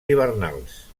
hivernals